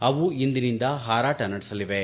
ಅವು ಇಂದಿನಿಂದ ಹಾರಾಟ ನಡೆಸಲಿವೆ